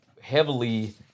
heavily